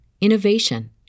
innovation